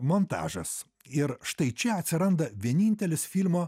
montažas ir štai čia atsiranda vienintelis filmo